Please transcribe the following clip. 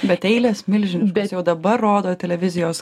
bet eilės milži jau dabar rodo televizijos